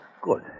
Good